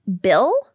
Bill